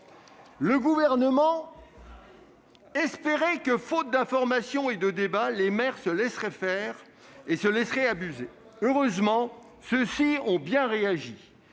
le Gouvernement espérait que, faute d'information et de débat, les maires se laisseraient faire, se laisseraient abuser. Heureusement, ceux-ci ont bien réagi